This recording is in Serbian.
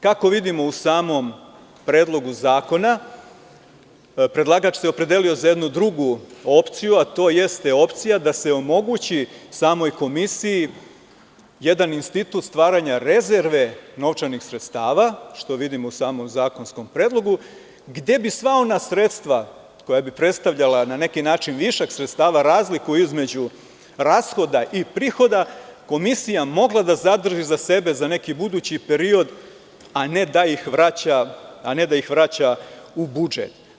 Kako vidimo u samom predlogu zakona, predlagač se opredelio za jednu drugu opciju, a to jeste opcija da se omogući samoj komisiji jedan institut stvaranja rezerve novčanih sredstava, što vidimo samo u zakonskom predlogu, gde bi sva ona sredstva koja bi predstavljala, na neki način, višak sredstava razliku između rashoda i prihoda komisija je mogla da zadrži za sebe za neki budući period, a ne da ih vraća u budžet.